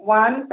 one